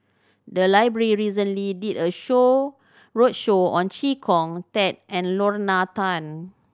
the library recently did a show roadshow on Chee Kong Tet and Lorna Tan